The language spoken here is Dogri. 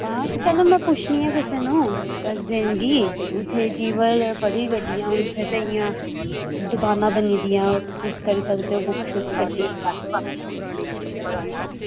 ते आं चलो में पुच्छनी आं किस दिन आं अग्गें गी इसलै जीवल बड़ियां गड्डियां दुकानां बनी दियां ते तुस करी सकदे बुक गड्डी